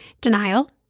denial